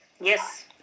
Yes